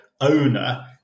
owner